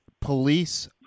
police